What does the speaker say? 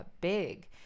big